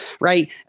Right